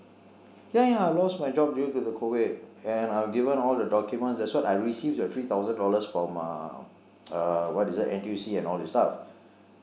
ya ya I lost my job due to the CO_VI_D and I've given all the documents that's why I received the three thousand dollars from uh uh what is it N_T_U_C and all these stuff